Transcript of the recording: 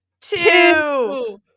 two